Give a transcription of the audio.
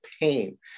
pain